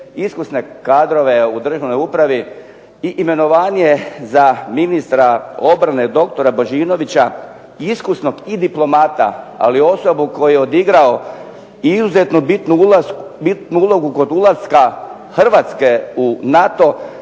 iskusne kadrove u državnoj upravi i imenovanje za ministra obrane doktora Božinovića, iskusnog i diplomata ali osobu koju je odigrao izuzetno bitnu ulogu kod ulaska Hrvatske u NATO